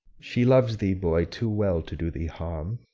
she loves thee, boy, too well to do thee harm.